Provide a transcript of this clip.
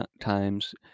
times